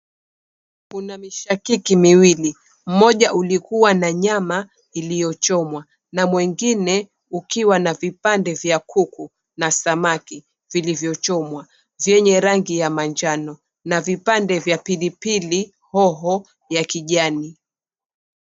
Kuna mishakiki miwili mmoja ulikua na nyama iliyochomwa na mwengine ukiwa na vipande vya kuku na samaki viliyochomwa vyenye rangi ya kijani na vipande vya pilipili hoho ya kijani.